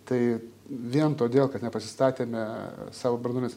tai vien todėl kad nepasistatėme savo branduolinės